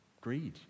greed